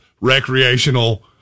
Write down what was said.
recreational